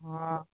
ହଁ